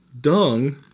Dung